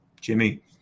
Jimmy